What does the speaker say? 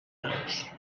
naus